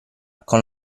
con